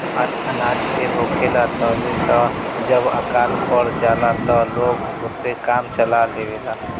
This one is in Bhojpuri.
अनाज ढेर होखेला तबे त जब अकाल पड़ जाला त लोग ओसे काम चला लेवेला